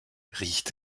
riecht